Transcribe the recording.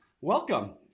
welcome